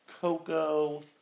Coco